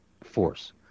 force